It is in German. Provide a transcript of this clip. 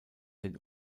den